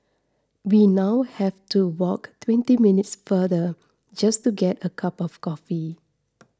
we now have to walk twenty minutes farther just to get a cup of coffee